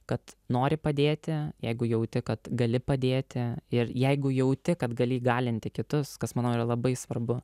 kad nori padėti jeigu jauti kad gali padėti ir jeigu jauti kad gali įgalinti kitus kas manau yra labai svarbu